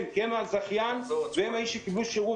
כי הם הזכיין והם האנשים שקיבלו שירות.